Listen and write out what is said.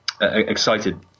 excited